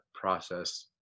process